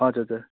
हजुर हजुर